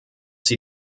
sie